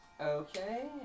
Okay